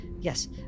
yes